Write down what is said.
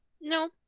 No